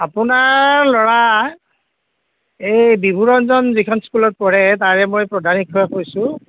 আপোনাৰ ল'ৰা এই বিভূৰঞ্জন যিখন স্কুলত পঢ়ে তাৰে মই প্ৰধান শিক্ষকে কৈছোঁ